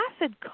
acid